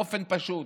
באופן פשוט,